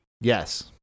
Yes